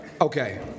Okay